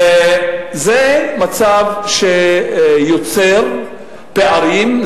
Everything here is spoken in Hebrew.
זה מצב שיוצר פערים,